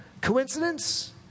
Coincidence